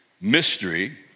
mystery